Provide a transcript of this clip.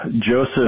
Joseph